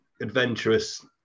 adventurous